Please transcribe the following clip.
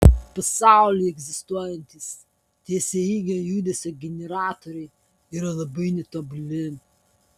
pasaulyje egzistuojantys tiesiaeigio judesio generatoriai yra labai netobuli